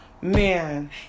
man